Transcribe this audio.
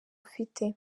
ufite